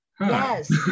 Yes